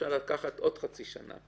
אפשר לקחת עוד חצי שנה.